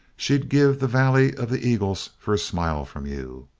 she'd give the valley of the eagles for a smile from you.